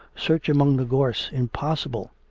search among the gorse impossible!